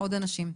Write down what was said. עוד אנשים.